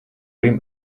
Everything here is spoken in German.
dem